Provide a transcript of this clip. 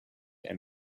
and